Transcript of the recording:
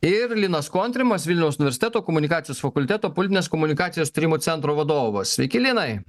ir linas kontrimas vilniaus universiteto komunikacijos fakulteto politinės komunikacijos tyrimų centro vadovas sveiki linai